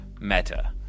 meta